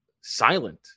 silent